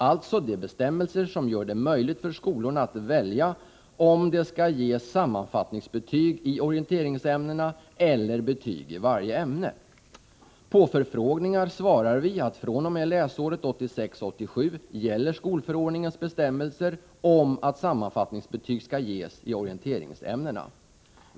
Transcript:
Alltså de bestämmelser som gör det möjligt för skolorna att välja om de skall ge sammanfattningsbetyg i orienteringsämnena eller betyg i varje ämne. — På förfrågningar svarar vi att från och med läsåret 1986/87 gäller skolförordningens bestämmelser om att sammanfattningsbetyg skall ges i orienteringsämnena.